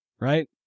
right